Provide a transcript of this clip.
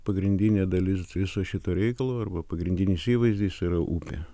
pagrindinė dalis viso šito reikalo arba pagrindinis įvaizdis yra upė